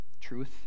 truth